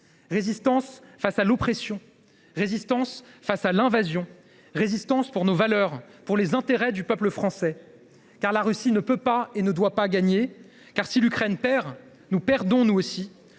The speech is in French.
résistance face à l’oppression, résistance face à l’invasion, résistance pour nos valeurs et pour les intérêts du peuple français. La Russie ne peut et ne doit pas gagner. Car si l’Ukraine perd, nous perdons nous aussi.